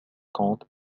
conte